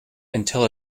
until